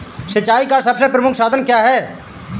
सिंचाई का सबसे प्रमुख साधन क्या है?